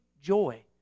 joy